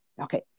Okay